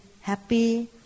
happy